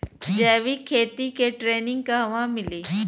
जैविक खेती के ट्रेनिग कहवा मिली?